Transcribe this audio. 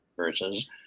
versus